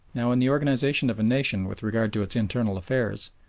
now in the organisation of a nation with regard to its internal affairs,